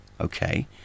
okay